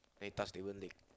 then he touch Davon leg